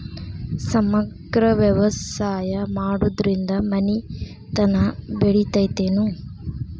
ಸಮಗ್ರ ವ್ಯವಸಾಯ ಮಾಡುದ್ರಿಂದ ಮನಿತನ ಬೇಳಿತೈತೇನು?